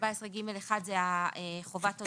14(ג)(1) זה החובת הודעה.